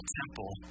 temple